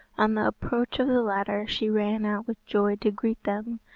on the approach of the latter, she ran out with joy to greet them,